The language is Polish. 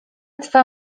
twa